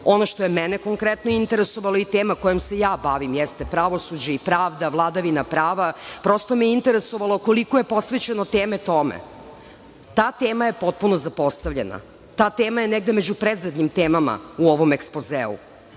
ono što je mene konkretno interesovalo je tema kojom se ja bavim jeste pravosuđe i pravda, vladavina prava. Prosto me je interesovalo koliko je posvećeno teme tome? Ta tema je potpuno zapostavljena. Ta tema je negde među poslednjim temama u ovom ekspozeu.